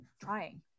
trying